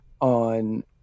on